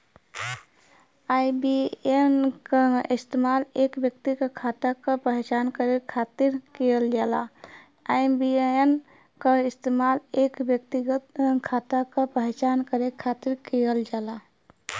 IBAN क इस्तेमाल एक व्यक्तिगत खाता क पहचान करे खातिर किहल जाला